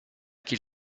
qu’il